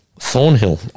Thornhill